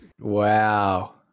Wow